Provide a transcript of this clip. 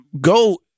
go